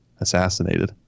assassinated